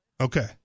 Okay